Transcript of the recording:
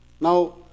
Now